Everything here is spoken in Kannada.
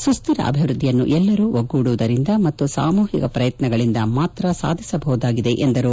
ಸುಸ್ವಿರ ಅಭಿವೃದ್ದಿಯನ್ನು ಎಲ್ಲರೂ ಒಗ್ಗೂಡುವುದರಿಂದ ಮತ್ತು ಸಾಮೂಹಿಕ ಪ್ರಯತ್ನಗಳಿಂದ ಮಾತ್ರ ಸಾಧಿಸಬಹುದಾಗಿದೆ ಎಂದರು